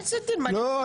לא.